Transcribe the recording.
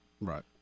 right